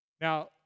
Now